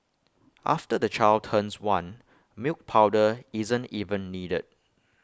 after the child turns one milk powder isn't even needed